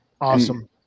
Awesome